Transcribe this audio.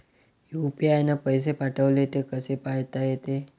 UPI न पैसे पाठवले, ते कसे पायता येते?